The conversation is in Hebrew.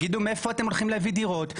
תגידו מאיפה אתם הולכים להביא דירות?